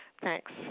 Thanks